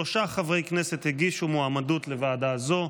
שלושה חברי כנסת הגישו מועמדות לוועדה זו: